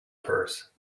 purse